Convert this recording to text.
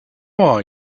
are